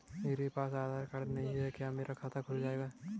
मेरे पास आधार कार्ड नहीं है क्या मेरा खाता खुल जाएगा?